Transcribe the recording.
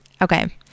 Okay